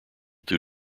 due